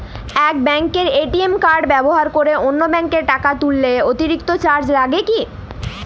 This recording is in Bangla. এক ব্যাঙ্কের এ.টি.এম কার্ড ব্যবহার করে অন্য ব্যঙ্কে টাকা তুললে অতিরিক্ত চার্জ লাগে কি?